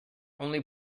only